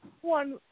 one